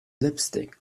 lipstick